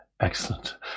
Excellent